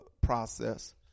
process